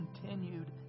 continued